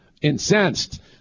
incensed